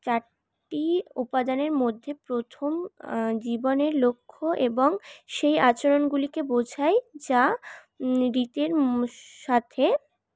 চারটি উপাদানের মধ্যে প্রথম জীবনের লক্ষ্য এবং সেই আচরণগুলিকে বোঝায় যা রীতির সাথে